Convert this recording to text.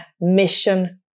mission